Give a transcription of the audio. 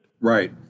Right